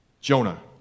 Jonah